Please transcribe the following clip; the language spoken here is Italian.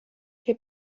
che